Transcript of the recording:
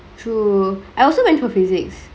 true I also went for physics